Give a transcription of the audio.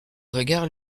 regards